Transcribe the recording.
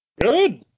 Good